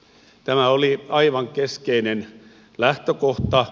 tämä oli aivan keskeinen lähtökohta